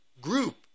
group